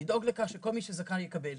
לדאוג לכך שכל מי שזכאי יקבל.